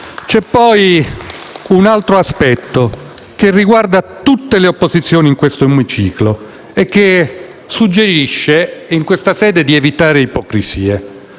C'è poi un altro aspetto, che riguarda tutte le opposizioni in questo emiciclo, e che suggerisce di evitare in questa sede ipocrisie.